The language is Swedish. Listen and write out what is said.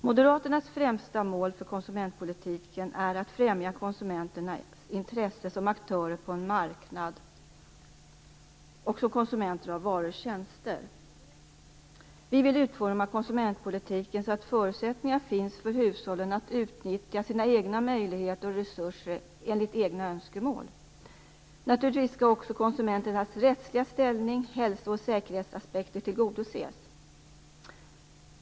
Moderaternas främsta mål för konsumentpolitiken är att främja medborgarnas intresse som aktörer på en marknad och som konsumenter av varor och tjänster. Vi vill utforma konsumentpolitiken så att förutsättningar finns för hushållen att utnyttja sina egna möjligheter och resurser, enligt egna önskemål. Naturligtvis skall också konsumenternas rättsliga ställning och hälso och säkerhetsaspekter tillgodoses.